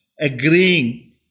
agreeing